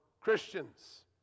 Christians